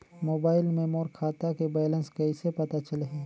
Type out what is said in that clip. Mobile मे मोर खाता के बैलेंस कइसे पता चलही?